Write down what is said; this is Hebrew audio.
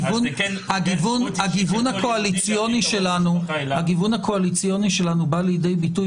הגיוון הקואליציוני שלנו בא לידי ביטוי